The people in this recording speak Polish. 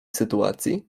sytuacji